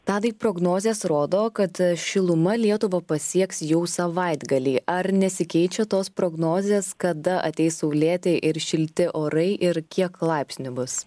tadai prognozės rodo kad šiluma lietuvą pasieks jau savaitgalį ar nesikeičia tos prognozės kada ateis saulėti ir šilti orai ir kiek laipsnių bus